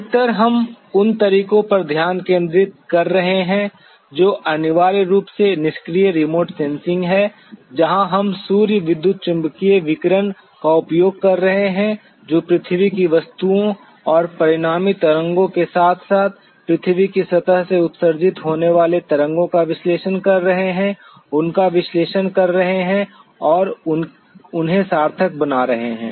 अधिकतर हम उन तरीकों पर ध्यान केंद्रित कर रहे हैं जो अनिवार्य रूप से निष्क्रिय रिमोट सेंसिंग हैं जहां हम सूर्य विद्युत चुम्बकीय विकिरण का उपयोग कर रहे हैं जो पृथ्वी की वस्तुओं और परिणामी तरंगों के साथ साथ पृथ्वी की सतह से उत्सर्जित होने वाली तरंगों का विश्लेषण कर रहे हैं उनका विश्लेषण कर रहे हैं और उन्हें सार्थक बना रहे हैं